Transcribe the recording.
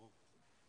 ברור.